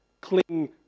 Cling